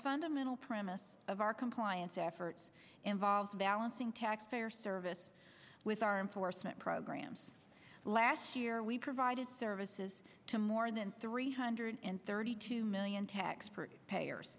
fundamental premise of our compliance efforts involves balancing taxpayer service with our enforcement programs last year we provided services to more than three hundred thirty two million taxpayer